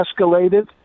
escalated